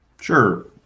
Sure